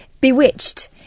Bewitched